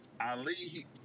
Ali